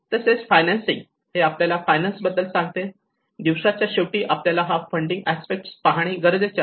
तसेच फायनांसिन्ग हे आपल्याला फायनान्स बद्दल सांगते दिवसाच्या शेवटी आपल्याला हा फंडिंग अस्पेक्ट पाहणे गरजेचे आहे